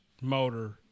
motor